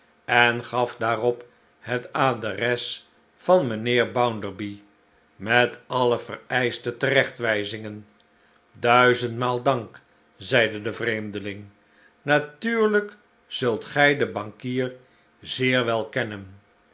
en gaf daarop het adres van mijnheer bounderby met alle vereischte terechtwijzingen duizendmaal dank zeide de vreemdeling natuurlijk zult gij den bankier zeer wel kennen